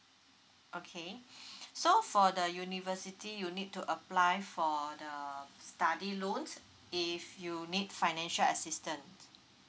okay so for the university you need to apply for the study loans if you need financial assistance